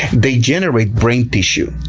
they generate brain tissue.